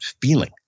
feeling